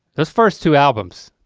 those first two albums,